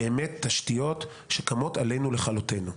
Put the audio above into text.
באמת תשתיות שקמות עלינו לכלותנו.